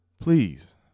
Please